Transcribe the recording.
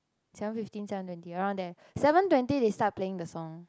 seven fifteen seven twenty around there seven twenty they start playing the song